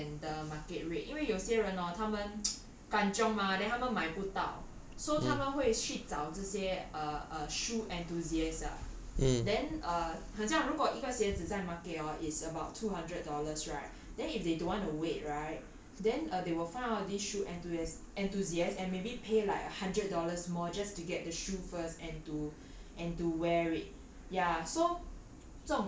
or like slightly more than the market rate 因为有些人 hor 他们 kan chiong mah then 他们买不到 so 他们会去找这些 err err shoe enthusiasts ah then err 很像如果一个鞋子在 market hor is about two hundred dollars right then if they don't want to wait right then they will find out of this shoe enthusias~ enthusiasts and maybe pay like a hundred dollars more just to get the shoe first and to and to wear it yeah so